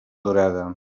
durada